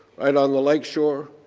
right on the lake shore.